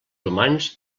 humans